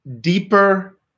deeper